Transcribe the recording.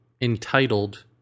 entitled